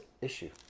issue